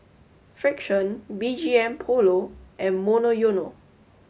Frixion B G M Polo and Monoyono